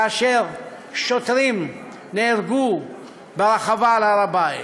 כאשר שוטרים נהרגו ברחבה על הר הבית.